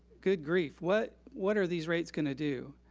good grief. what what are these rates gonna do?